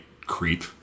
creep